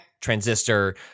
transistor